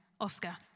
Oscar